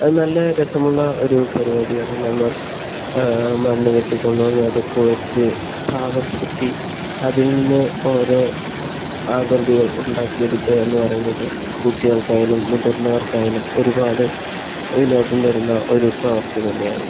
അത് നല്ല രസമുള്ള ഒരു പരുപാടിയാണ് നമ്മൾ മണ്ണ് വെട്ടികൊണ്ടുവന്ന് അതു കുഴച്ച് പാകപ്പെടുത്തി അതിൽ നിന്ന് ഓരോ ആകൃതികൾ ഉണ്ടാക്കിയെടുക്കുക എന്നു പറയുന്നത് കുട്ടികൾക്കായാലും മുതിർന്നവർക്കായാലും ഒരുപാട് വിനോദം തരുന്ന ഒരു പ്രവർത്തി തന്നെയാണ്